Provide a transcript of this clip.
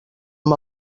amb